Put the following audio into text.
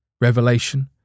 Revelation